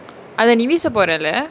அத நீ வீச போரல:atha nee veesa porala